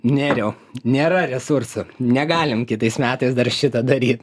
nerijau nėra resursų negalim kitais metais dar šitą daryt